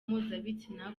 mpuzabitsina